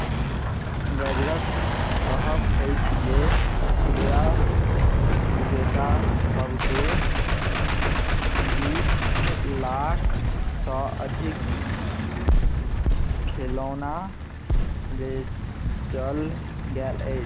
गजरक कहब अछि जे खुदरा विक्रेता सभकेँ बीस लाखसँ अधिक खेलौना बेचल गेल अछि